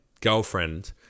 girlfriend